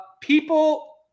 people